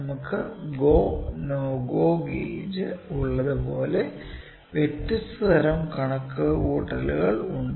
നമുക്ക് "go no go gauge" ഉള്ളതുപോലെ വ്യത്യസ്ത തരം കണക്കുകൂട്ടലുകൾ ഉണ്ട്